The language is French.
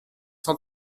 cent